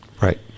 Right